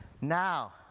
now